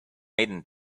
maiden